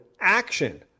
ACTION